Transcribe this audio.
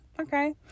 okay